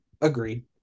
agreed